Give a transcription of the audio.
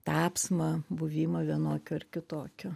tapsmą buvimą vienokiu ar kitokiu